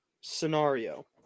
scenario